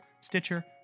Stitcher